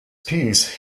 piece